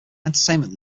entertainment